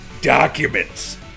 Documents